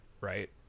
right